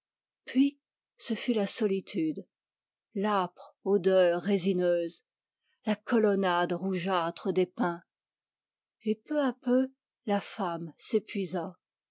puis ce fut la solitude l'âpre odeur résineuse la colonnade rougeâtre des pins et peu à peu la femme s'épuisa